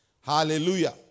Hallelujah